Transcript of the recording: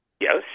yes